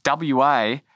WA